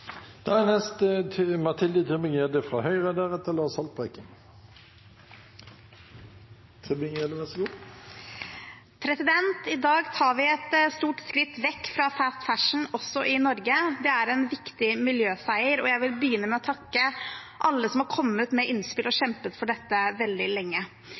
I dag tar vi et stort skritt vekk fra «fast fashion» også i Norge. Det er en viktig miljøseier. Jeg vil begynne med å takke alle som har kommet med innspill og kjempet for dette veldig lenge.